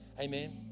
Amen